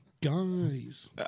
Guys